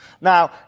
Now